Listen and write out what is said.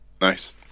Nice